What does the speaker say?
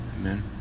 Amen